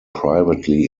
privately